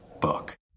book